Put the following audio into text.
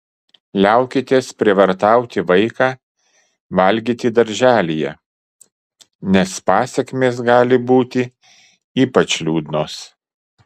liaukitės prievartauti vaiką valgyti darželyje nes pasekmės gali būti ypač liūdnos